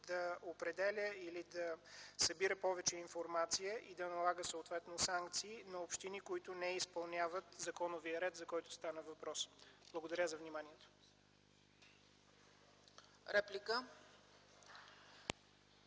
да определя или да събира повече информация и да налага съответно санкции на общини, които не изпълняват законовия ред, за който стана въпрос. Благодаря за вниманието.